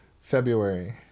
February